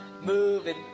moving